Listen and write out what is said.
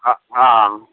अँ अँ